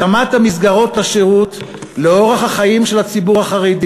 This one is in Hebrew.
התאמת המסגרות לשירות לאורח החיים של הציבור החרדי